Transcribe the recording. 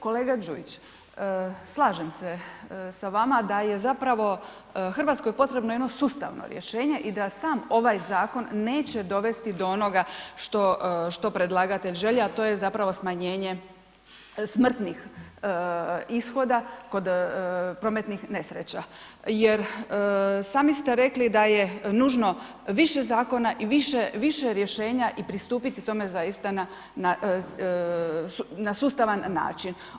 Kolega Đujić, slažem se sa vama da je zapravo Hrvatskoj potrebno jedno sustavno rješenje i da sam ovaj zakon neće dovesti do onoga što predlagatelj želi, a to je zapravo smanjenje smrtnih ishoda kod prometnih nesreća jer sami ste rekli da je nužno više zakona i više rješenja i pristupiti tome zaista na sustavan način.